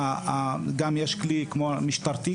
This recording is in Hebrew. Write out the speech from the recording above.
יש גם כלי משטרתי,